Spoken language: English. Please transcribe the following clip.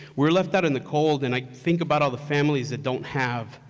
we're left out in the cold, and i think about all the families that don't have,